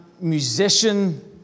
musician